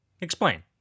explain